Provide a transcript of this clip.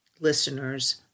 listeners